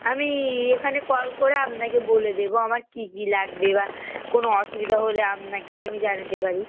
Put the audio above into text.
আমি এখানে কল করে আপনাকে বলে দেবো আমার কী কী লাগবে বা কোনো অসুবিধা হলে আপনাকে আমি জানাতে পারি